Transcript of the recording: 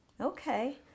Okay